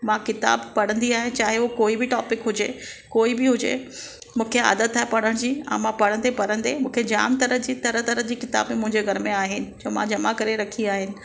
मां किताबु पढ़ंदी आहियां चाहे हू कोई बि टॉपिक हुजे कोई बि हुजे मूंखे आदत आहे पढ़ण जी ऐं मां पढ़ंदे पढ़ंदे मूंखे जामु तरह जी तरह तरह जी किताबु मुंहिंजे घर में आहिनि जो मां जमा करे रखी आहिनि